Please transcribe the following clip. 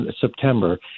September